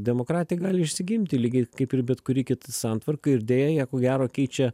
demokratija gali išsigimti lygiai kaip ir bet kuri kita santvarka ir deja ją ko gero keičia